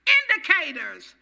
indicators